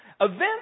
Events